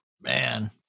Man